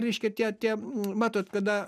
reiškia tie tie matot kada